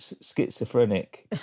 schizophrenic